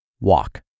walk